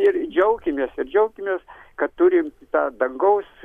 ir džiaukimės ir džiaukimės kad turim tą dangaus